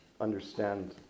understand